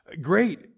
great